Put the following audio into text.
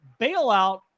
bailout